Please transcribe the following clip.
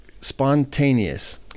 spontaneous